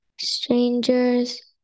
strangers